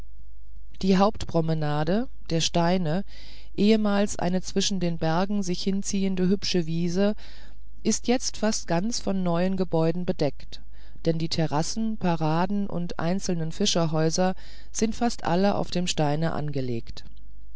die hauptpromenade der steine ehemals eine zwischen den bergen sich hinziehende hübsche wiese ist jetzt fast ganz mit neuen gebäuden bedeckt denn die terrassen paraden und einzelnen fischerhäuser sind fast alle auf dem steine angelegt